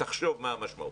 תחשוב מה המשמעות.